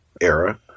era